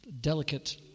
delicate